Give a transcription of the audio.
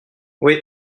oui